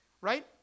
right